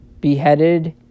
beheaded